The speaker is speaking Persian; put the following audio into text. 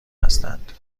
هستند